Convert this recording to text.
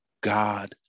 God